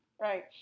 right